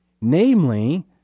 namely